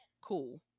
cool